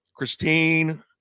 Christine